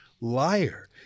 liar